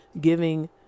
giving